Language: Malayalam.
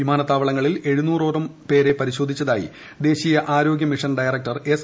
വിമാനത്താവളങ്ങളിൽ എഴുന്നൂറോളം പേരെ പരിശോധിച്ചതായി ദേശീയ ആരോഗ്യ മിഷൻ ഡയറക്ടർ എസ്